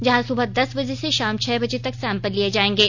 जहां सुबह दस बजे शाम छह बजे तक सैंपल लिये जाएंगे